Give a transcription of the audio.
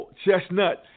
chestnut